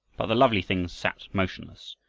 the lovely things sat motionless,